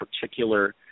particular